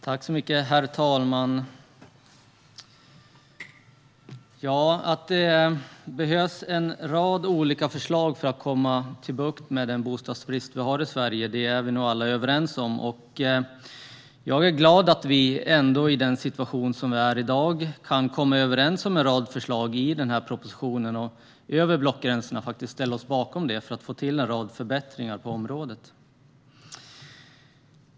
Herr talman! Vi är nog alla överens om att det behövs en rad olika förslag för att få bukt med den bostadsbrist vi har i Sverige. Jag är glad att vi ändå, i den situation som råder, kan komma överens om en rad förslag i denna proposition och över blockgränserna ställa oss bakom dem för att få till förbättringar på området.